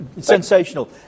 Sensational